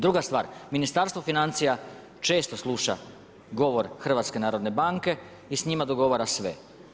Druga stvar, Ministarstvo financija, često sluša govor HNB i s njima dogovara sve.